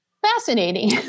fascinating